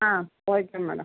ah okay madam